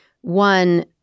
one